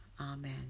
Amen